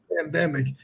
pandemic